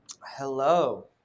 Hello